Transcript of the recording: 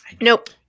Nope